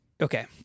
okay